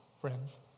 friends